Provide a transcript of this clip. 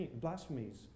blasphemies